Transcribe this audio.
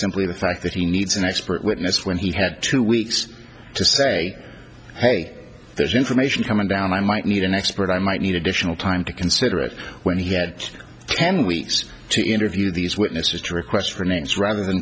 simply the fact that he needs an expert witness when he had two weeks to say ok there's information coming down i might need an expert i might need additional time to consider it when he gets ten weeks to interview these witnesses to request from it's rather than